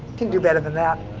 can do better than that.